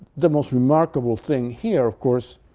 the most remarkable thing here, of course,